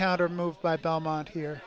counter move by belmont here